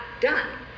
done